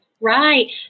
right